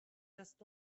just